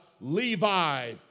Levi